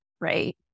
right